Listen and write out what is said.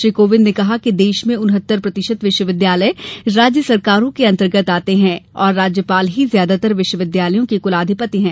श्री कोविंद ने कहा कि देश में उन्हत्तर प्रतिशत विश्वविद्यालय राज्य सरकारों के अंतर्गत आते हैं और राज्यपाल ही ज्यादातर विश्व विद्यालयों के कुलाधिपति हैं